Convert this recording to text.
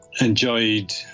enjoyed